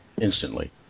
instantly